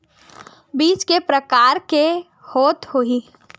बीज के प्रकार के होत होही?